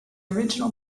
original